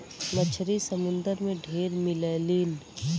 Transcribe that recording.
मछरी समुंदर में ढेर मिललीन